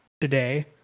today